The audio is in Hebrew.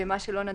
ומה שלא,